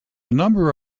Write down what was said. number